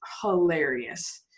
hilarious